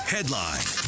Headline